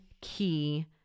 key